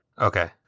Okay